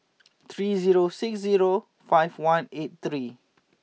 three zero six zero five one eight three